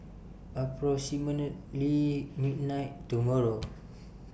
approximately midnight tomorrow